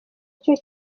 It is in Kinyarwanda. icyo